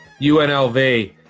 UNLV